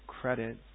credit